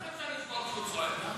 איך אפשר לשמוע כשהוא צועק?